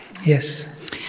Yes